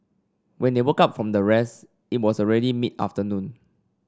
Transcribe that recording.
when they woke up from the rest it was already mid afternoon